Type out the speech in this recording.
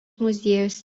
muziejus